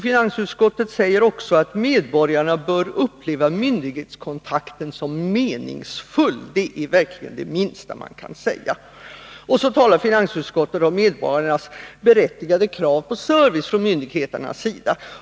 Finansutskottet säger också att medborgarna bör uppleva myndighetskontakten som meningsfull. Det är verkligen det minsta man kan säga! Finansutskottet talar härvid också om medborgarnas berättigade krav på service från myndighetens sida.